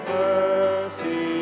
mercy